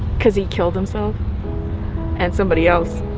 cause he killed himself and somebody else.